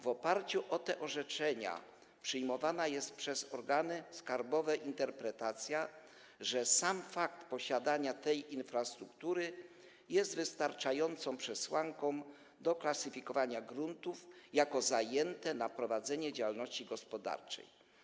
W oparciu o te orzeczenia przyjmowana jest przez organy skarbowe interpretacja, że sam fakt posiadania tej infrastruktury jest wystarczającą przesłanką dla klasyfikowania gruntów jako zajęte na prowadzenie działalności gospodarczej.